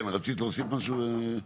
רצית להוסיף עוד משהו?